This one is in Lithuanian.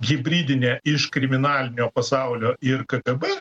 hibridinė iš kriminalinio pasaulio ir kgb